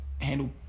Handle